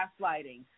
gaslighting